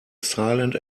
silent